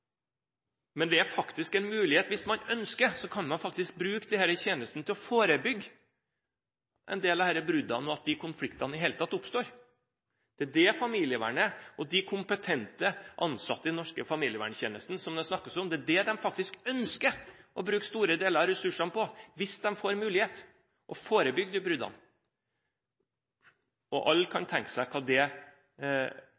bruke disse tjenestene til å forebygge en del av disse bruddene, og at disse konfliktene i det hele tatt oppstår. Det familievernet og de kompetente ansatte i den norske familieverntjenesten som det snakkes om, faktisk ønsker å bruke store deler av ressursene på, hvis de får mulighet, er å forebygge disse bruddene. Alle kan tenke seg hva vi sparer økonomisk og